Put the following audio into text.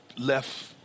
left